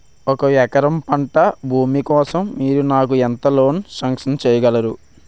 ఒక ఎకరం పంట భూమి కోసం మీరు నాకు ఎంత లోన్ సాంక్షన్ చేయగలరు?